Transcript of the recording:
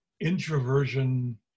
introversion